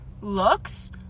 looks